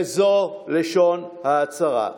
וזו לשון ההצהרה: